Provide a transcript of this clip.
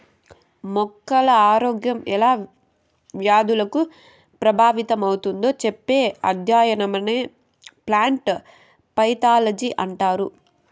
మొక్కల ఆరోగ్యం ఎలా వ్యాధులకు ప్రభావితమవుతుందో చెప్పే అధ్యయనమే ప్లాంట్ పైతాలజీ అంటారు